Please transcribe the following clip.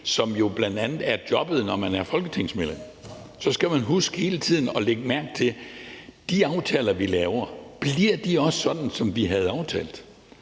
som bl.a. er jobbet, når man er folketingsmedlem, for så skal man huske hele tiden at lægge mærke til, om de aftaler, vi laver, også bliver sådan, som vi havde aftalt.